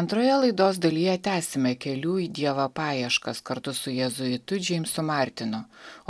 antroje laidos dalyje tęsime kelių į dievą paieškas kartu su jėzuitu džeimsu martinu